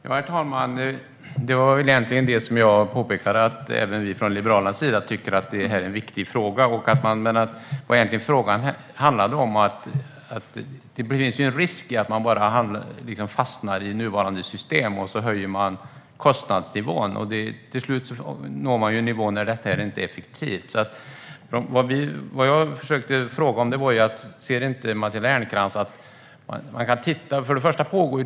Herr talman! Jag påpekade att även vi från Liberalerna tycker att det här är en viktig fråga. Men frågan handlade egentligen om att det finns en risk att man fastnar i nuvarande system och höjer kostnadsnivån tills man når en nivå när detta inte längre är effektivt.